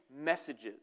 messages